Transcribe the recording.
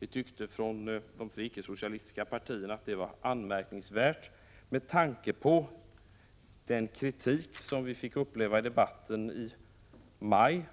Vi från de icke-socialistiska partierna tyckte att det var anmärkningsvärt med tanke på den kritik som vi fick ta emot i debatten under maj